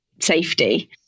safety